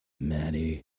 Maddie